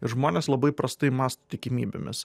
ir žmonės labai prastai mąsto tikimybėmis